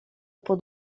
pod